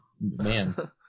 man